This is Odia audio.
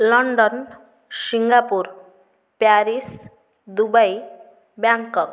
London Singapore Paris Dubai Bangkok